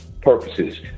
purposes